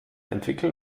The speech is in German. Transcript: entwickeln